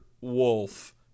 wolf